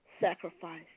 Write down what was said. sacrifice